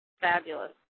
fabulous